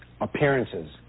appearances